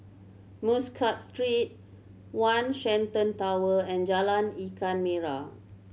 Muscat Street One Shenton Tower and Jalan Ikan Merah